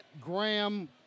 Graham